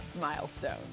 milestone